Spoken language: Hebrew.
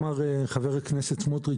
אמר חבר הכנסת סמוטריץ',